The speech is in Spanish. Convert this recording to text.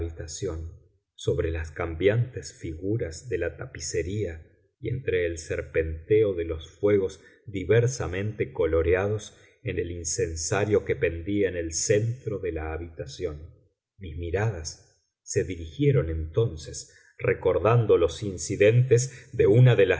sobre las cambiantes figuras de la tapicería y entre el serpenteo de los fuegos diversamente coloreados en el incensario que pendía en el centro de la habitación mis miradas se dirigieron entonces recordando los incidentes de una de